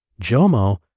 JOMO